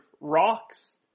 rocks